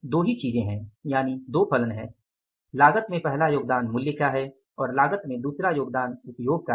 दो ही चीजें हैं यानि दो फलन है लागत में पहला योगदान मूल्य का है और लागत में दूसरा योगदान उपयोग का है